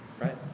Right